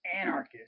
anarchist